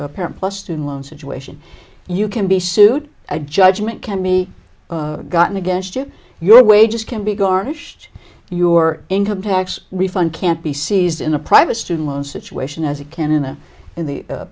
the parent plus student loan situation you can be sued a judgment can me gotten against you your wages can be garnished your income tax refund can't be seized in a private student loan situation as a canon or in the